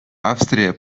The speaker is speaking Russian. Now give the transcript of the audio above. австрия